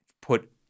put –